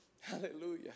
Hallelujah